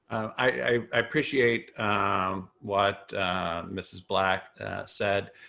i appreciate um what mrs. black said.